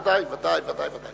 ודאי, ודאי.